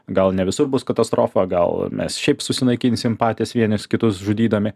gal ne visur bus katastrofa gal mes šiaip susinaikinsim patys vienas kitus žudydami